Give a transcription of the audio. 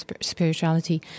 spirituality